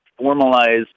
formalize